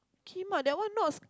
Kim that one not